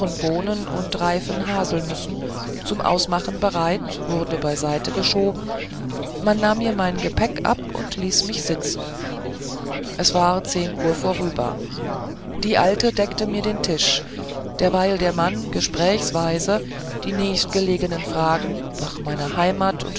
bohnen und reifen haselnüssen zum ausmachen bereit wurde beiseite geschoben man nahm mir mein gepäcke ab und hieß mich sitzen es war zehn uhr vorüber die alte deckte mir den tisch derweil der mann gesprächsweise die nächstgelegenen fragen nach meiner heimat